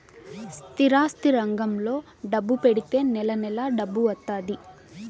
స్థిరాస్తి రంగంలో డబ్బు పెడితే నెల నెలా డబ్బు వత్తాది